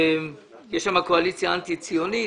יש שם קואליציה אנטי ציונית,